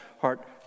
heart